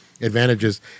advantages